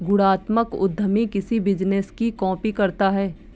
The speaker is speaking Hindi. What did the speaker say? गुणात्मक उद्यमी किसी बिजनेस की कॉपी करता है